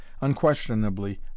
unquestionably